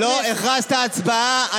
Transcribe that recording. לא הכרזת הצבעה.